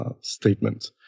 statement